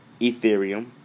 Ethereum